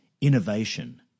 innovation